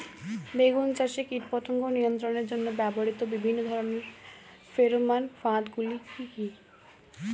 বেগুন চাষে কীটপতঙ্গ নিয়ন্ত্রণের জন্য ব্যবহৃত বিভিন্ন ধরনের ফেরোমান ফাঁদ গুলি কি কি?